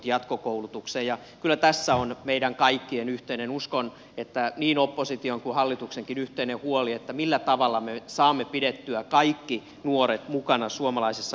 kyllä tässä on meidän kaikkien uskon että niin opposition kuin hallituksenkin yhteinen huoli millä tavalla me saamme pidettyä kaikki nuoret mukana suomalaisessa yhteiskunnassa